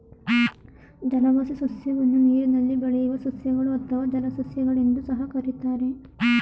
ಜಲವಾಸಿ ಸಸ್ಯವನ್ನು ನೀರಿನಲ್ಲಿ ಬೆಳೆಯುವ ಸಸ್ಯಗಳು ಅಥವಾ ಜಲಸಸ್ಯ ಗಳೆಂದೂ ಸಹ ಕರಿತಾರೆ